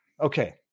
Okay